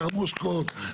גרמושקות,